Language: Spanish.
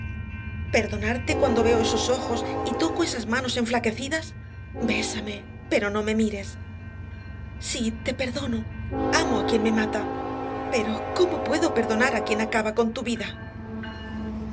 perdonarte cuando veo esos ojos y toco esas manos enflaquecidas bésame pero no me mires sí te perdono amo a quien me mata pero cómo puedo perdonar a quien acaba con tu vida